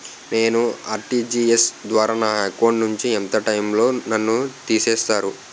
నేను ఆ.ర్టి.జి.ఎస్ ద్వారా నా అకౌంట్ నుంచి ఎంత టైం లో నన్ను తిసేస్తారు?